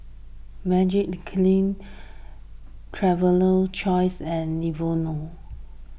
Magiclean Traveler Choice and Lenovo